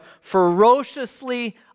ferociously